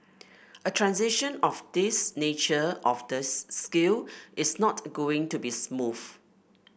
a transition of this nature of this scale is not going to be smooth